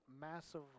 massive